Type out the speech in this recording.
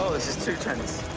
this is too tense.